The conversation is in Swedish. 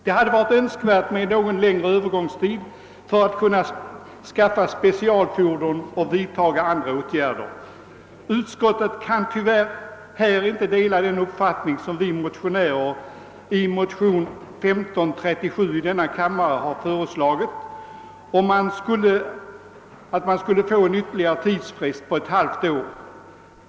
Det hade varit önskvärt med en något längre övergångstid för att kunna skaffa specialfordon och vidtaga andra åtgärder. Utskottet kan tyvärr inte dela den uppfattning som jag och några medmotionärer givit uttryck åt i motionen II: 1537, när vi föreslagit en ytterligare tidsfrist på ett halvt år.